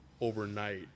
overnight